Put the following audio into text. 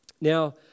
Now